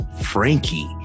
Frankie